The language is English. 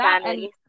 family